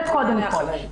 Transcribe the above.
זה קודם כל.